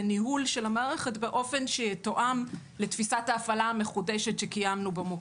וניהול של המערכת באופן שיתואם לתפיסת ההפעלה המחודשת שקיימנו במוקד.